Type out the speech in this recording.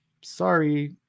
sorry